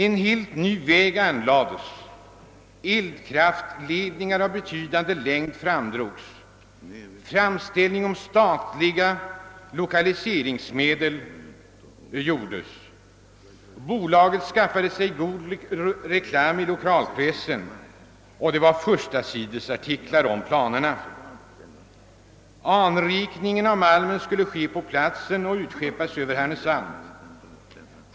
En helt ny väg anlades, elkraftledningar av betydande längd framdrogs, framställning om statliga lokaliseringsmedel gjordes. Bolaget skaffade sig god reklam i lokalpressen — det var förstasidesartiklar om planerna. Anrikningen av malmen skulle ske på platsen och mal. men utskeppas över Härnösand.